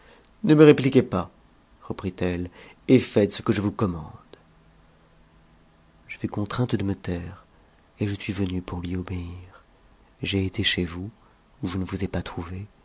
ne me répliquez pas reprit-elle et faites ce que je vous commande je fus contrainte de me taire et je suis venue pour lui obéir j'ai été chez vous où je ne vous ai pas trouvé